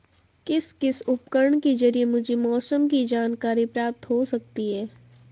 किस किस उपकरण के ज़रिए मुझे मौसम की जानकारी प्राप्त हो सकती है?